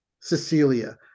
Cecilia